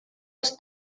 els